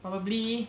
probably